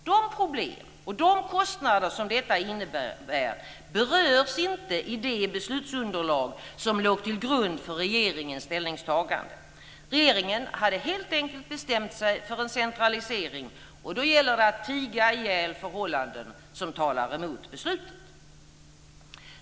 De problem och de kostnader som detta innebär berörs inte i det beslutsunderlag som låg till grund för regeringens ställningstagande. Regeringen hade helt enkelt bestämt sig för en centralisering, och då gäller det att tiga ihjäl förhållanden som talar emot beslutet.